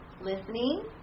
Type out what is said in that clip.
Listening